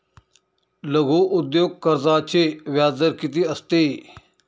लघु उद्योग कर्जाचे व्याजदर किती असते?